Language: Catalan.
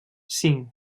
cinc